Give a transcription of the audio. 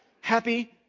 happy